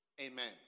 amen